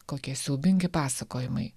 kokie siaubingi pasakojimai